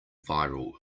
viral